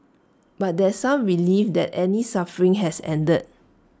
but there some relief that Annie's suffering has ended